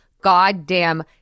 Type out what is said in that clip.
goddamn